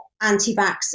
anti-vaxxers